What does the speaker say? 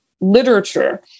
literature